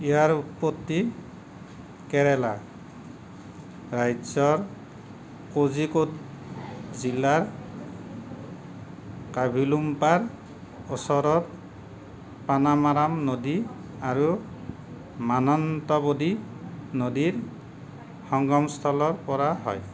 ইয়াৰ উৎপত্তি কেৰেলা ৰাজ্যৰ কোঝিকোড জিলাৰ কাভিলুম্পাৰ ওচৰত পানামাৰাম নদী আৰু মানন্তবদী নদীৰ সংগমস্থলৰ পৰা হয়